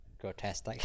grotesque